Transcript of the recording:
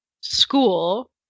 school